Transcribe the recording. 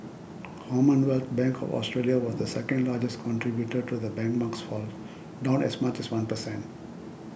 Commonwealth Bank of Australia was the second largest contributor to the benchmark's fall down as much as one per cent